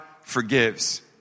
forgives